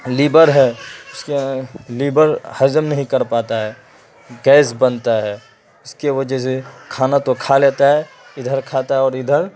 labour ہے اس کا لیبر ہضم نہیں کر پاتا ہے گیس بنتا ہے اس کی وجہ سے کھانا تو کھا لیتا ہے ادھر کھاتا ہے اور ادھر